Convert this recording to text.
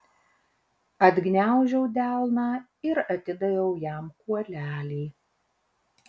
atgniaužiau delną ir atidaviau jam kuolelį